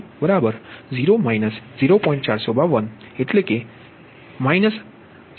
અને Q3Qg3 QL3 તેથી 0 0